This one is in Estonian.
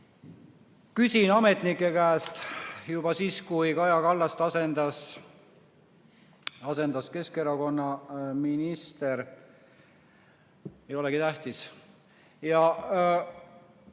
Küsisin ametnike käest juba siis, kui Kaja Kallast asendas üks Keskerakonna minister – ei olegi tähtis, kes